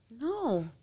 No